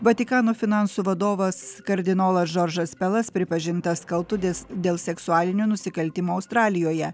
vatikano finansų vadovas kardinolas džordžas pelas pripažintas kaltu dis dėl seksualinio nusikaltimo australijoje